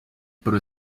pero